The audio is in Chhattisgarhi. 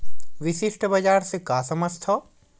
विशिष्ट बजार से का समझथव?